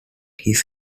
his